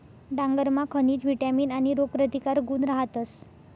डांगरमा खनिज, विटामीन आणि रोगप्रतिकारक गुण रहातस